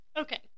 Okay